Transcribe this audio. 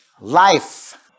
Life